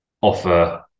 offer